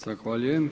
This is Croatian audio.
Zahvaljujem.